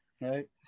right